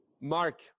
Mark